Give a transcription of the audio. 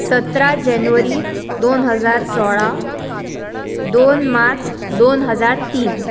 सतरा जानेवारी दोन हजार सोळा दोन मार्च दोन हजार तीन